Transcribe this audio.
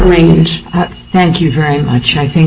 range thank you very much i think